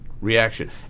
reaction